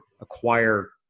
acquire